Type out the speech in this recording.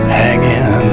hanging